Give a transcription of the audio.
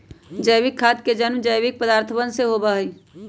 जैविक खाद के जन्म जैविक पदार्थवन से होबा हई